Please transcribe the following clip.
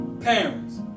parents